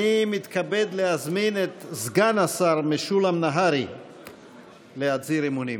אני מתכבד להזמין את סגן השר משולם נהרי להצהיר אמונים.